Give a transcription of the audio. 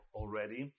already